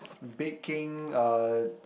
baking uh